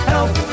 Help